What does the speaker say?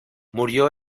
murió